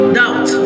doubt